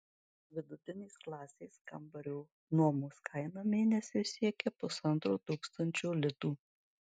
vidutinės klasės kambario nuomos kaina mėnesiui siekia pusantro tūkstančio litų